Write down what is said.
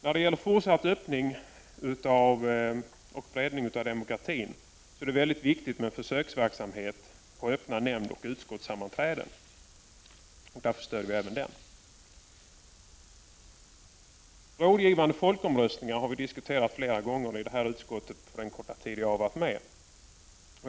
När det gäller fortsatt öppning och breddning av demokratin är det mycket viktigt med försöksverksamhet med öppna nämndoch utskottssammanträden. Vi stöder därför reservation nr 10. Rådgivande folkomröstningar har vi diskuterat flera gånger i utskottet under den korta tid jag har varit med.